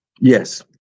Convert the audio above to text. Yes